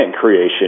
creation